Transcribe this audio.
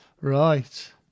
Right